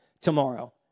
tomorrow